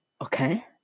okay